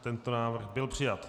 Tento návrh byl přijat.